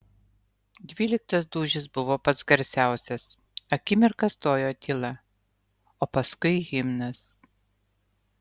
dvyliktas dūžis buvo pats garsiausias akimirką stojo tyla o paskui himnas